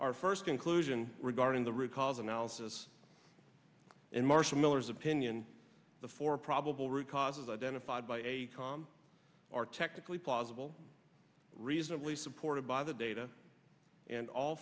our first conclusion regarding the root cause analysis in marshall miller's opinion the four probable root causes identified by a com are technically plausible reasonably supported by the data and all